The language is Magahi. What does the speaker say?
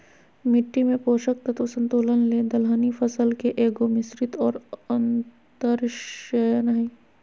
मिट्टी में पोषक तत्व संतुलन ले दलहनी फसल के एगो, मिश्रित और अन्तर्शस्ययन हइ